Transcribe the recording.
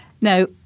Now